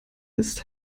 ist